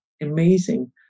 amazing